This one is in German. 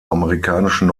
amerikanischen